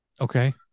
Okay